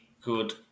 good